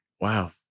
Wow